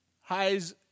Highs